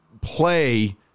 play